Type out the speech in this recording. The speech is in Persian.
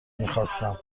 میخواستم